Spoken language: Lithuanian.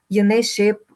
jinai šiaip